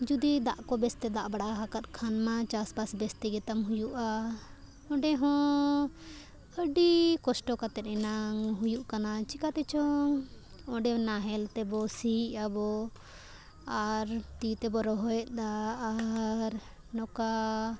ᱡᱩᱫᱤ ᱫᱟᱜ ᱠᱚ ᱵᱮᱥ ᱛᱮ ᱫᱟᱜ ᱵᱟᱲᱟ ᱟᱠᱟᱫ ᱠᱷᱟᱱ ᱢᱟ ᱪᱟᱥ ᱵᱟᱥ ᱵᱮᱥᱛᱮ ᱜᱮᱛᱟᱢ ᱦᱩᱭᱩᱜᱼᱟ ᱚᱸᱰᱮ ᱦᱚᱸ ᱟᱹᱰᱤ ᱠᱚᱥᱴᱚ ᱠᱟᱛᱮᱫ ᱮᱱᱟᱟᱝ ᱦᱩᱭᱩᱜ ᱠᱟᱱᱟ ᱪᱤᱠᱟᱛᱮᱪᱚᱝ ᱚᱸᱰᱮ ᱱᱟᱦᱮᱞ ᱛᱮᱵᱚ ᱥᱤᱜᱼᱟᱵᱚ ᱟᱨ ᱛᱤ ᱛᱮᱵᱚ ᱨᱚᱦᱚᱭᱮᱫᱟ ᱟᱨ ᱱᱚᱝᱠᱟ